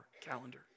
calendar